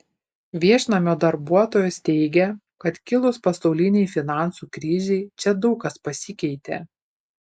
viešnamio darbuotojos teigia kad kilus pasaulinei finansų krizei čia daug kas pasikeitė